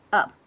Up